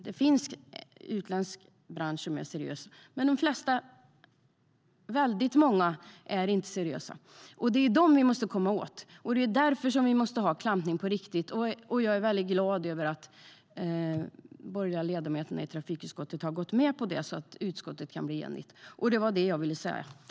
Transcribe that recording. Det finns utländska arbetsgivare som är seriösa, men väldigt många är inte seriösa. Därför måste vi ha klampning på riktigt. Jag är glad över att de borgerliga ledamöterna i trafikutskottet har gått med på det så att utskottet kan bli enigt.